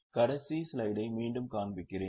கடைசி ஸ்லைடை மீண்டும் காண்பிக்கிறேன்